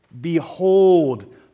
Behold